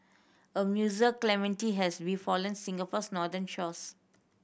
a mussel calamity has befallen Singapore's northern shores